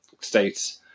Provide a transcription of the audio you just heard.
states